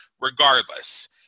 regardless